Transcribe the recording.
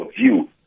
View